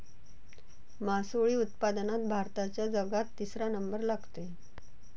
मासोळी उत्पादनात भारताचा जगात तिसरा नंबर लागते